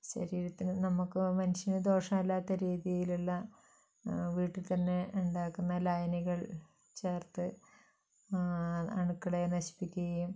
ശരീരത്തിനും നമ്മൾക്കും ആ മനുഷ്യനും ദോഷമല്ലാത്ത രീതിയിലുള്ള വീട്ടിൽത്തന്നെ ഉണ്ടാക്കുന്ന ലായനികൾ ചേർത്ത് അണുക്കളെ നശിപ്പിക്കുകയും